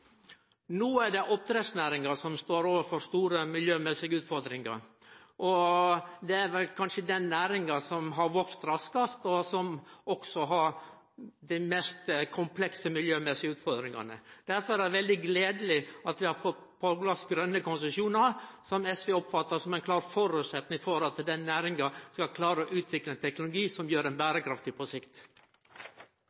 No er det oppdrettsnæringa som står overfor store miljømessige utfordringar. Det er vel kanskje den næringa som har vakse raskast, og som òg har dei mest komplekse miljømessige utfordringane. Derfor er det veldig gledeleg at vi har fått på plass grøne konsesjonar, som SV oppfattar som ein klar føresetnad for at den næringa skal klare å utvikle ein teknologi som gjer